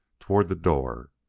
toward the door.